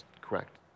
Correct